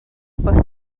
bws